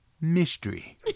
Mystery